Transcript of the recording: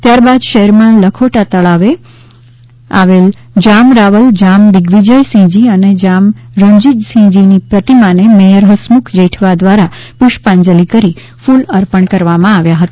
ત્યારબાદ શહેરમાં લખોટા તળાવે આવેલ જામ રાવલ જામ દિગ્વિજયસિંહજી અને જામ રણજીતસિંહજીની પ્રતિમાને મેયર હસમુખ જેઠવા દ્વારા પુષ્પાંજલિ કરી ફૂલ અર્પણ કરવામાં આવ્યા હતા